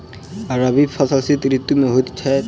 रबी फसल शीत ऋतु मे होए छैथ?